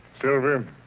Silver